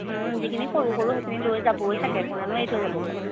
যিখিনি সৰু সৰু সেইখিনি লৈ যাবই চাগে কোনেনো এৰি থৈ যাব বাৰু